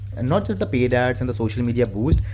and not just the paid ads and the social media boost,